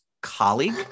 colleague